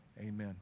Amen